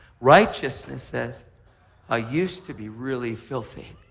righteousness says i used to be really filthy,